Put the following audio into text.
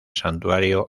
santuario